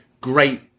great